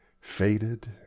faded